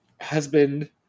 husband